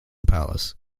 palace